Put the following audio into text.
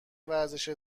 ورزش